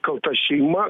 kalta šeima